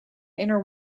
inter